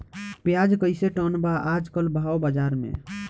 प्याज कइसे टन बा आज कल भाव बाज़ार मे?